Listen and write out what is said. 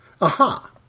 Aha